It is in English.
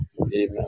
Amen